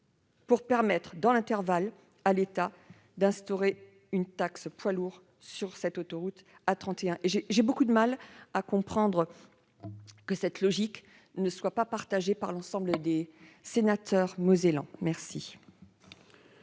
pour que, dans l'intervalle, l'État puisse instaurer une taxe poids lourds sur l'autoroute A31. J'ai beaucoup de mal à comprendre que cette logique ne soit pas partagée par l'ensemble des sénateurs mosellans.